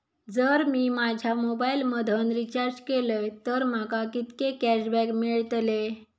जर मी माझ्या मोबाईल मधन रिचार्ज केलय तर माका कितके कॅशबॅक मेळतले?